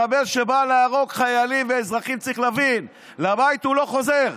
מחבל שבא להרוג חיילים ואזרחים צריך להבין שלבית הוא לא חוזר.